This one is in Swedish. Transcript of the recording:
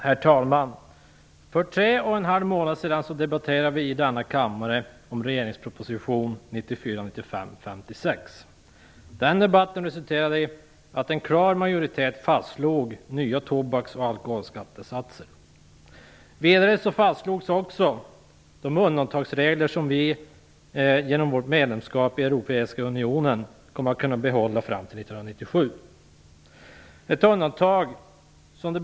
Herr talman! För tre och en halv månad sedan debatterade vi i denna kammare om regeringens proposition 1994/95:56. Den debatten resulterade i att en klar majoritet fastslog nya skattesatser för tobak och alkohol. Vidare fastslogs de undantagsregler som vi genom vårt medlemskap i den europeiska unionen kommer att kunna behålla fram till 1997.